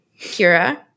Kira